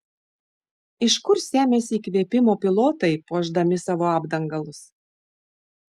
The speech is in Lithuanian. iš kur semiasi įkvėpimo pilotai puošdami savo apdangalus